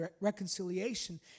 reconciliation